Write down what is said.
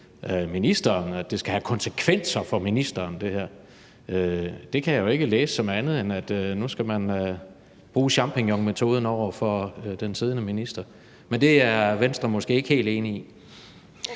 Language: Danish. at det her skal have konsekvenser for ministeren. Det kan jeg jo ikke læse som andet, end at man nu skal bruge champignonmetoden over for den siddende minister. Men det er Venstre måske ikke helt enige i?